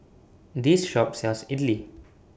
This Shop sells Idly